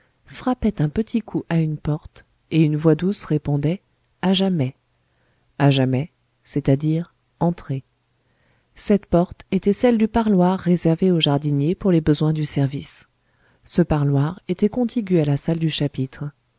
frappait un petit coup à une porte et une voix douce répondait à jamais à jamais c'est-à-dire entrez cette porte était celle du parloir réservé au jardinier pour les besoins du service ce parloir était contigu à la salle du chapitre